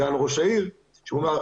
כשהוא אמר,